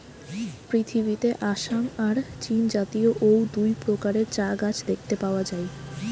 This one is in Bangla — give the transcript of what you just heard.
পৃথিবীতে আসাম আর চীনজাতীয় অউ দুই প্রকারের চা গাছ দেখতে পাওয়া যায়